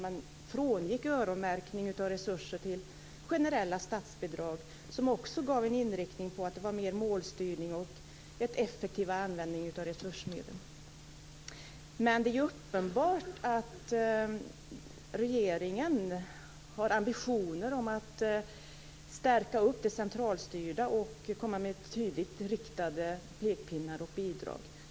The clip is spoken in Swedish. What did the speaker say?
Man frångick öronmärkning av resurser när det gällde generella statsbidrag som också angav inriktningen med mer målstyrning och en effektivare användning av resursmedlen. Men det är ju uppenbart att regeringen har ambitioner att stärka upp det centralstyrda och komma med tydligt riktade pekpinnar och bidrag.